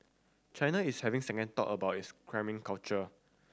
China is having second thought about its cramming culture